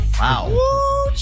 Wow